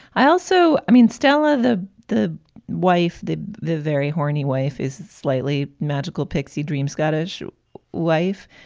i also i mean stella the the wife, the the very horny wife is slightly magical. pixie dream scottish wife.